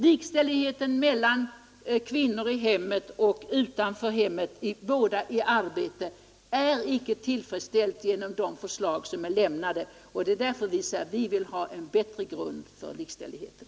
Likställigheten mellan kvinnor i hemmet och utanför hemmet, som båda är arbetande, tillgodoses icke genom de förslag som framlagts, och det är därför vi säger att vi vill ha en bättre grund för likställigheten.